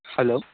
hello